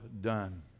done